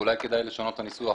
אולי כדאי לשנות את הנוסח.